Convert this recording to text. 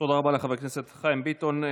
תודה רבה לחבר הכנסת חיים ביטון.